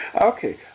Okay